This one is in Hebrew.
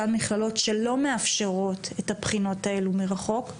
אותן מכללות שלא מאפשרות את הבחינות האלה מרחוק,